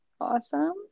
awesome